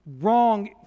wrong